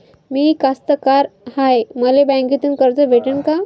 मी कास्तकार हाय, मले बँकेतून कर्ज भेटन का?